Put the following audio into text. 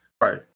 Right